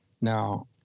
Now